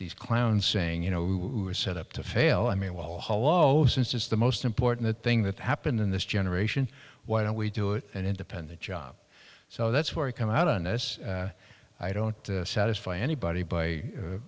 these clowns saying you know we were set up to fail i mean while hollow since it's the most important thing that happened in this generation why don't we do it an independent job so that's where we come out on this i don't satisfy anybody by